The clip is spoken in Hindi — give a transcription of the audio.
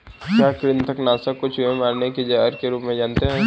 क्या कृतंक नाशक को चूहे मारने के जहर के रूप में जानते हैं?